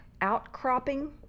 outcropping